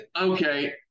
okay